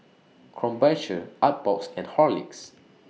Krombacher Artbox and Horlicks